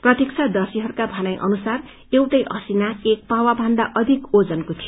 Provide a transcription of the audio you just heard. प्रत्यक्ष दर्शीहरूको भनाई अनुसार एउटै असिना एक पावाभन्दा अधिक ओजनको थियो